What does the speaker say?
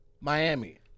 Miami